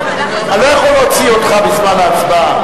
אני לא יכול להוציא אותך בזמן ההצבעה.